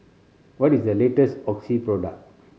what is the latest Oxy product